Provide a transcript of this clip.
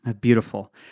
Beautiful